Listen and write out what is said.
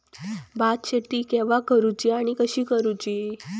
भात शेती केवा करूची आणि कशी करुची?